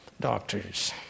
doctors